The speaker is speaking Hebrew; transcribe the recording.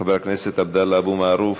חבר הכנסת עבדאללה אבו מערוף,